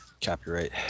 copyright